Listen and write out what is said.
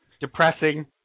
depressing